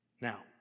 Now